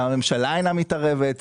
הממשלה אינה מתערבת,